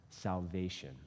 salvation